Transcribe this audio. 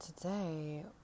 Today